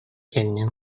кэннин